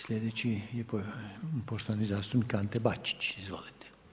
Sljedeći je poštovani zastupnik Ante Bačić, izvolite.